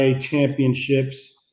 championships